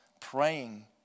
praying